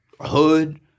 hood